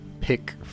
pick